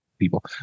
People